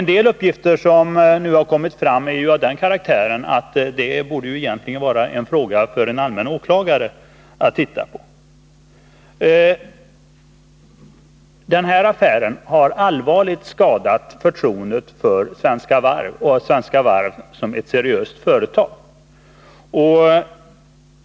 En del uppgifter som nu kommit fram är av den karaktären att de borde vara något för en allmän åklagare att titta på. Den här affären har allvarligt skadat förtroendet för Svenska Varv som ett seriöst företag.